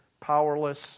powerless